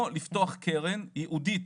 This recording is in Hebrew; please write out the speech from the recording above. או לפתוח קרן ייעודית